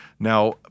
Now